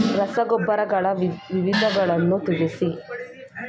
ರಸಗೊಬ್ಬರಗಳ ವಿಧಗಳನ್ನು ತಿಳಿಸಿ?